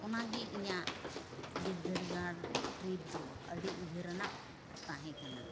ᱚᱱᱟᱜᱮ ᱤᱧᱟᱹᱜ ᱵᱤᱨᱫᱟᱹᱜᱟᱲ ᱴᱨᱤᱯᱫᱚ ᱟᱹᱰᱤ ᱩᱭᱦᱟᱹᱨᱟᱱᱟᱜ ᱛᱟᱦᱮᱸᱠᱟᱱᱟ